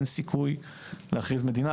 אין סיכוי להכריז מדינה,